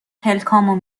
پلکامو